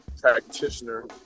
practitioner